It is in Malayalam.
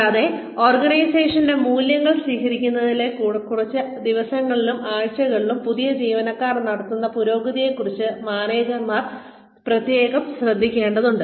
കൂടാതെ ഓർഗനൈസേഷന്റെ മൂല്യങ്ങൾ സ്വീകരിക്കുന്നതിലേക്ക് ആദ്യത്തെ കുറച്ച് ദിവസങ്ങളിലും ആഴ്ചകളിലും പുതിയ ജീവനക്കാർ നടത്തുന്ന പുരോഗതിയെക്കുറിച്ച് മാനേജർമാർ പ്രത്യേകം ശ്രദ്ധിക്കേണ്ടതുണ്ട്